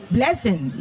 Blessing